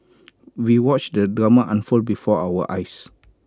we watched the drama unfold before our eyes